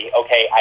okay